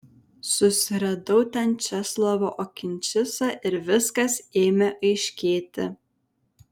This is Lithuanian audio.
susiradau ten česlovą okinčicą ir viskas ėmė aiškėti